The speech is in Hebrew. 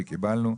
וקיבלנו.